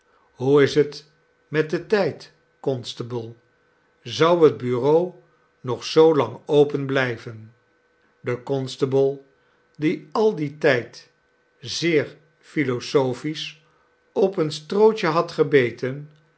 hoe is het met den tijd constable zou het bureau nog zoolang open blij ven de constable die al dien tijd zeer philosophisch op een strootje had gebeten